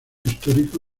histórico